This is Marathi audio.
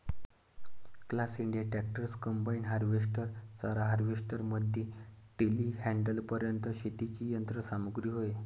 class India tractors, combine harvester, चारा हार्वेस्टर मध्ये टेलीहँडलरपर्यंत शेतीची यंत्र सामग्री होय